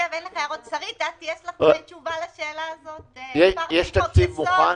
יש חוברת מוכנה?